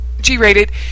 G-rated